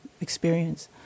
experience